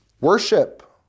Worship